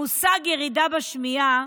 את המושג "ירידה בשמיעה",